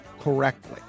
correctly